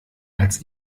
als